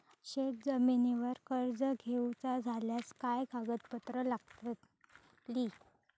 शेत जमिनीवर कर्ज घेऊचा झाल्यास काय कागदपत्र लागतली?